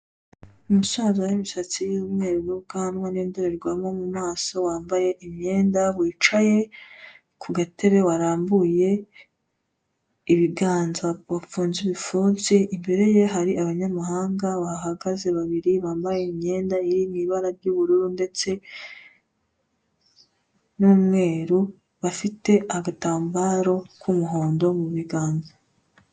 Umusaza w'imisatsi y'umweru n'ubwana n'indorerwamu mu maso wambaye imyenda wicaye ku gatebe, warambuye ibiganza wafunze ibipfutsi, imbere ye hari abanyamahanga bahahagaze babiri bambaye imyenda iri mu ibara ry'ubururu ndetse n'umweru, bafite agatambaro k'umuhondo mu biganza.